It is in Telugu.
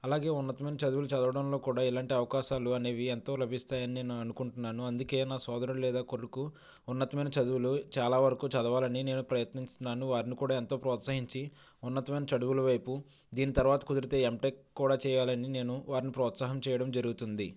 అలాగే ఉన్నతమైన చదువులు చదవడంలో కూడా ఇలాంటి అవకాశాలు అనేవి ఎంతో లభిస్తాయి అని నేను అనుకుంటున్నాను అందుకే నా సోదరుడు లేదా కొడుకు ఉన్నతమైన చదువులు చాలా వరకు చదవాలని నేను ప్రయత్నిస్తున్నాను వారిని కూడా ఎంతో ప్రోత్సహించి ఉన్నతమైన చదువులువైపు దీని తర్వాత కుదిరితే ఎంటెక్ కూడా చేయాలని నేను వారిని ప్రోత్సాహం చేయడం జరుగుతుంది